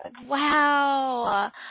wow